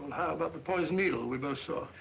about the poisoned needle we both saw?